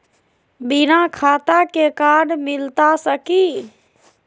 बिना खाता के कार्ड मिलता सकी?